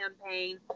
campaign